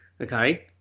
Okay